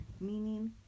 Meaning